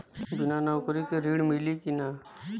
बिना नौकरी के ऋण मिली कि ना?